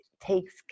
takes